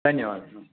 धन्यवादः